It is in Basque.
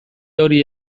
hori